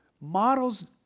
models